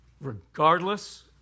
regardless